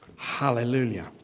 Hallelujah